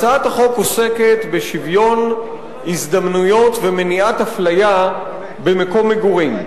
הצעת החוק עוסקת בשוויון הזדמנויות ובמניעת אפליה במקום מגורים.